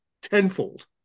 tenfold